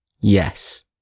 Yes